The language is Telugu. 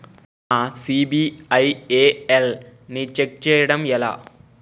నా సిబిఐఎల్ ని ఛెక్ చేయడం ఎలా?